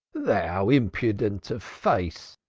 thou impudent of face!